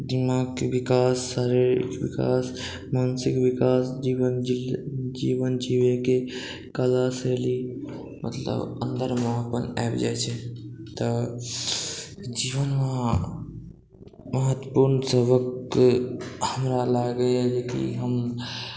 दिमागके विकास शारीरिक विकास मानसिक विकास जीवन जियैके कला शैली मतलब अन्दरमे अपन आबि जाइ छै तऽ जीवनमे महत्वपूर्ण सबक हमरा लागैया जेकि हम